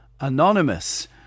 Anonymous